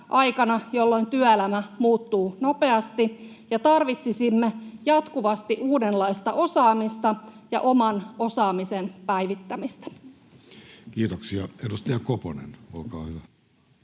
jolloin työelämä muuttuu nopeasti ja tarvitsisimme jatkuvasti uudenlaista osaamista ja oman osaamisen päivittämistä. Kiitoksia. — Edustaja Koponen, olkaa hyvä.